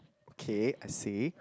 okay I say